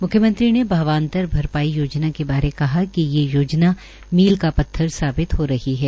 म्ख्मयंत्री ने भावांतर भरपाई योजना के बारे कहा कि ये योजना मील का पत्थर साबित हो रही है